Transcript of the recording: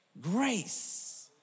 grace